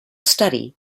study